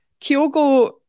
Kyogo